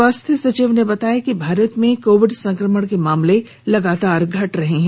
स्वास्थ्य सचिव ने बताया कि भारत में कोविड संक्रमण के मामले लगातार घट रहे हैं